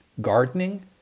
Gardening